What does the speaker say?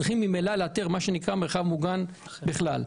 צריכה לאתר מה שנקרא מרחב מוגן בכלל.